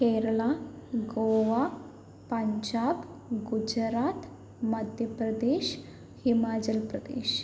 Kerala Goa Punjab Gujarat Madhya Pradesh Himachal Pradesh